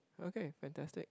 okay fantastic